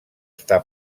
està